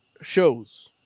Shows